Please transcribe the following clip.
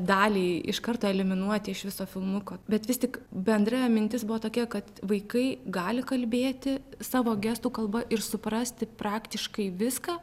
dalį iš karto eliminuoti iš viso filmuko bet vis tik bendra mintis buvo tokia kad vaikai gali kalbėti savo gestų kalba ir suprasti praktiškai viską